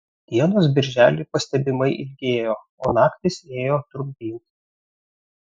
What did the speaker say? dienos birželį pastebimai ilgėjo o naktys ėjo trumpyn